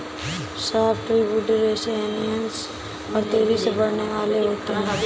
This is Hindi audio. सॉफ्टवुड रेसनियस और तेजी से बढ़ने वाले होते हैं